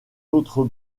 autres